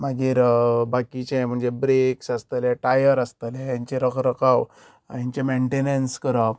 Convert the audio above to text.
मागीर बाकीचे मागीर ब्रेक्स आसतले टायर आसतले हेंचे रकरकाव हेंचे मेंटेनन्स करप